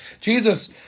Jesus